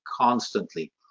constantly